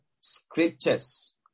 Scriptures